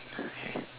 okay